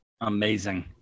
amazing